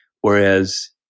Whereas